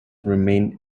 remained